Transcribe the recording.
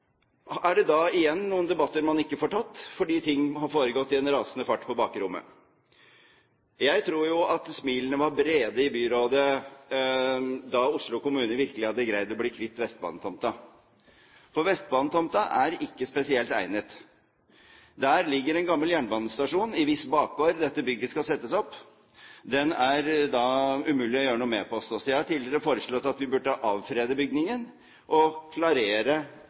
er det igjen noen debatter man ikke får tatt, fordi ting har foregått i en rasende fart på bakrommet. Jeg tror jo at smilene var brede i byrådet da Oslo kommune virkelig hadde greid å bli kvitt Vestbanetomten. For Vestbanetomten er ikke spesielt egnet. Der ligger en gammel jernbanestasjon i hvis bakgård dette bygget skal settes opp. Den er det umulig å gjøre noe med, påstås det. Jeg har tidligere foreslått at vi burde avfrede bygningen og klarere